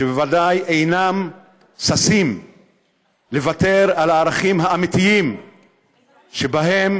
שוודאי אינם ששים לוותר על הערכים האמיתיים שבהם